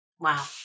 Wow